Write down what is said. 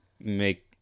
make